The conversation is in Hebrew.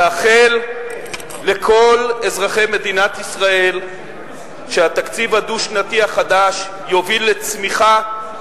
לאחל לכל אזרחי מדינת ישראל שהתקציב הדו-שנתי החדש יוביל לצמיחה,